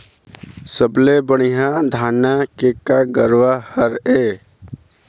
सबले बढ़िया धाना के का गरवा हर ये?